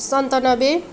सन्तनब्बे